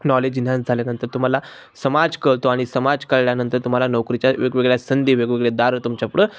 knowledge enhance झाल्यानंतर तुम्हाला समाज कळतो आ आणि समाज कळल्यानंतर तुम्हाला नोकरीच्या वेवेगळ्या संधी वेगवेगळे दार तुमच्याकडं